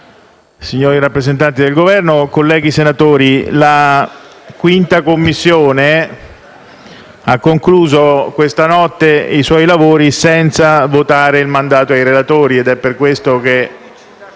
signori rappresentanti del Governo, colleghi senatori, la 5a Commissione ha concluso questa notte i suoi lavori senza votare il mandato ai relatori. È per questo che